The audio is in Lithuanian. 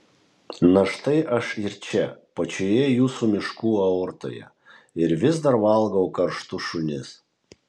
na štai aš ir čia pačioje jūsų miškų aortoje ir vis dar valgau karštus šunis